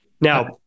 Now